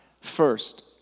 first